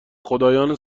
خدایان